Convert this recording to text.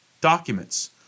documents